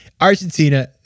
Argentina